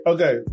Okay